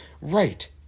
Right